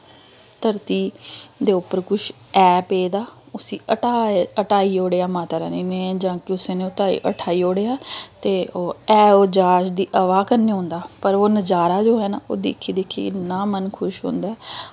धरती दे उप्पर कुछ ऐ पेदा उसी हटाए हटाई ओड़ेआ माता रानी ने जां कुसै ने ओह् हटाई उठाई ओड़ेआ ते ऐ ओह् ज्हाज दी हवा कन्नै होंदा पर ओह् नज़ारा जो ऐ न ओह् दिक्खी दिक्खी इ'न्ना मन खुश होंदा ऐ